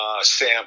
Sam